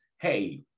hey